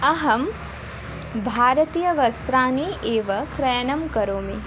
अहं भारतीय वस्त्राणि एव क्रयणं करोमि